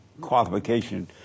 qualification